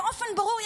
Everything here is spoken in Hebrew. באופן ברור.